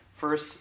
First